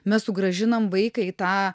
mes sugrąžinam vaiką į tą